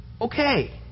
Okay